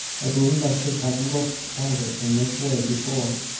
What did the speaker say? i believe i should have looked at it in this way before,